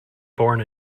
born